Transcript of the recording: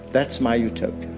that's my utopia